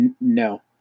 no